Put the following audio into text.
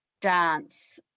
dance